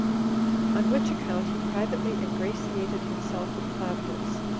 on which account he privately ingratiated himself with claudius,